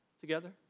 together